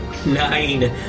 Nine